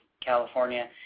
California